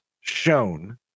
shown